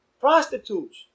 prostitutes